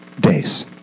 days